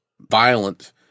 violent